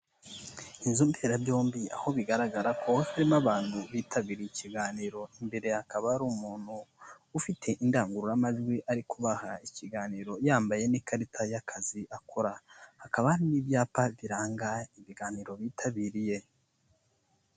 Inzu mberabyombi, aho bigaragara ko harimo abantu bitabiriye ikiganiro, imbere hakaba hari umuntu ufite indangururamajwi ari kubaha ikiganiro yambaye n'ikarita y'akazi akora, hakaba hari n'ibyapa biranga ibiganiro bitabiriye.